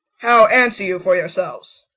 how answer you for yourselves?